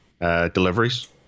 deliveries